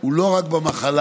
הוא לא רק במחלה,